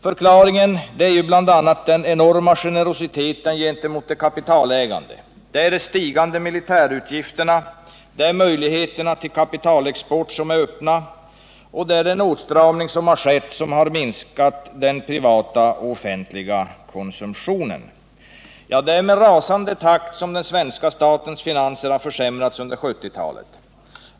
Förklaringen är bl.a. den enorma generositeten gentemot de kapitalägande, de stigande militärutgifterna, de öppna möjligheterna till kapitalexport och den åtstramning som har skett och som har minskat den privata och den offentliga konsumtionen. Det är med rasande fart som svenska statens finanser har försämrats under 1970-talet.